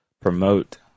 promote